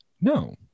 No